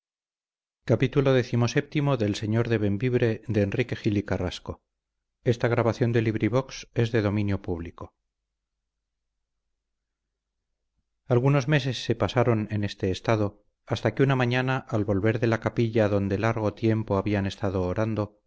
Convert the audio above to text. algunos meses se pasaron en este estado hasta que una mañana al volver de la capilla donde largo tiempo habían estado orando